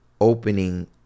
opening